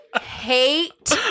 hate